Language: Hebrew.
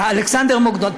אלכסנדר מוקדון.